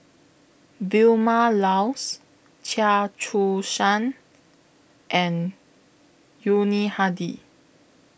Vilma Laus Chia Choo Suan and Yuni Hadi